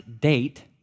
date